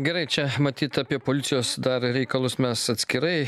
gerai čia matyt apie policijos dar reikalus mes atskirai